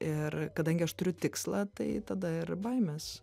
ir kadangi aš turiu tikslą tai tada ir baimės